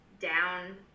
down